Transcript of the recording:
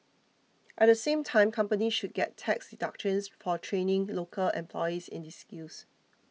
at the same time companies should get tax deductions for training local employees in these skills